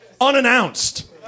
Unannounced